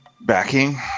backing